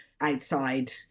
outside